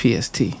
PST